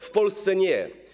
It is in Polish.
W Polsce - nie.